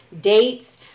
dates